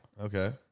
Okay